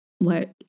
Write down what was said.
let